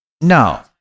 no